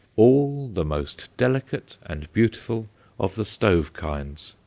all the most delicate and beautiful of the stove kinds.